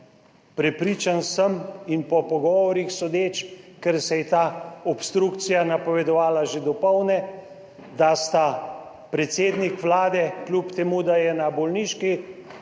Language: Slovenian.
Prepričan sem, po pogovorih sodeč, ker se je ta obstrukcija napovedovala že dopoldne, da sta predsednik Vlade, kljub temu da je na bolniški,